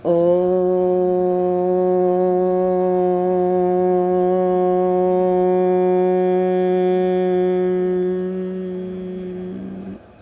ઓમ